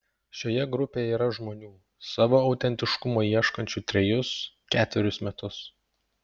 šioje grupėje yra žmonių savo autentiškumo ieškančių trejus ketverius metus